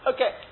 Okay